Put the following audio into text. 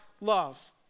love